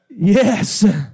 Yes